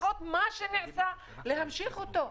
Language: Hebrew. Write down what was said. לפחות מה שנעשה להמשיך אותו.